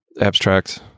Abstract